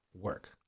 work